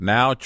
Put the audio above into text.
Now